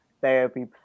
therapy